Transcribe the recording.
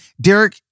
Derek